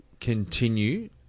continue